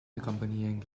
accompanying